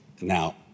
now